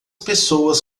pessoas